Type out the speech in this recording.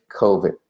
COVID